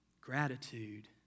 Gratitude